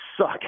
suck